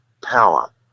power